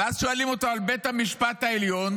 ואז שואלים אותו על בית המשפט העליון.